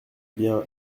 bien